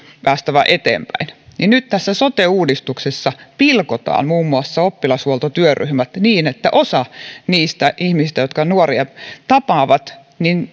päästävä eteenpäin ja nyt tässä sote uudistuksessa pilkotaan muun muassa oppilashuoltotyöryhmät niin että osa niistä ihmisistä jotka nuoria tapaavat